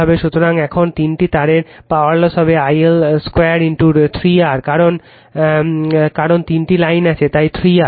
সুতরাং এখন তিনটি তারে পাওয়ার লস হবে I L 2 3 R কারণ তিনটি লাইন আছে তাই 3 R